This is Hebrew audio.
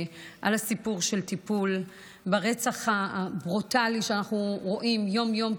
על הסיפור של טיפול ברצח הברוטלי של נשים שאנחנו רואים כמעט יום-יום.